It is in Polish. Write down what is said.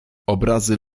obrazy